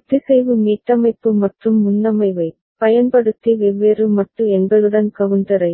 ஒத்திசைவு மீட்டமைப்பு மற்றும் முன்னமைவைப் பயன்படுத்தி வெவ்வேறு மட்டு எண்களுடன் கவுண்டரை